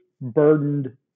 burdened